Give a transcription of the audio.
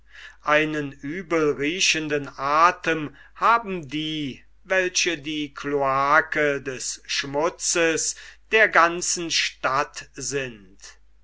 einen übelriechenden athem haben die welche die kloake des schmutzes der ganzen stadt sind